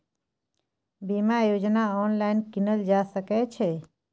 बीमा योजना ऑनलाइन कीनल जा सकै छै?